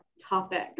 topic